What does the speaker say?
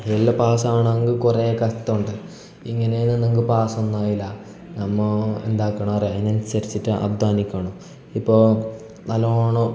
എല്ലാ പാസാവാണങ്കിൽ കുറെ കഷ്ട്ടമുണ്ട് ഇങ്ങനെ നിന്നെങ്കിൽ പസ്സൊന്നും ആവില്ല നമ്മൾ എന്താക്കണം അർയോ അതിനനുസരിച്ചിട്ട് അദ്ധ്വാനിക്കണം ഇപ്പോൾ നല്ലോണം